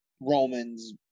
Roman's